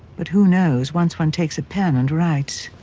but who knows once one takes a pen and writes?